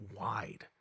wide